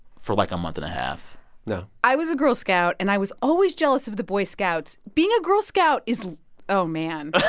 for, like, a month and a half no i was a girl scout, and i was always jealous of the boy scouts. being a girl scout is oh, man